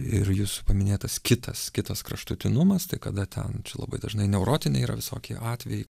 ir jūsų paminėtas kitas kitas kraštutinumas tai kada ten labai dažnai neurotiniai yra visokie atvejai